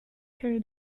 carry